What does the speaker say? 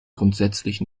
grundsätzlich